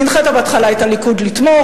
הנחית בהתחלה את הליכוד לתמוך,